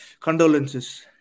condolences